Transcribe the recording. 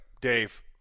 Dave